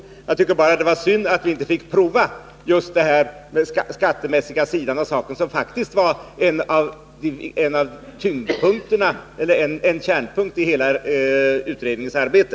Men jag tycker fortfarande att det var synd att vi inte fick prova just den skattemässiga delen av förslaget, som faktiskt var en kärnpunkt i hela utredningens arbete.